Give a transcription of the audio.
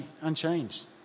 unchanged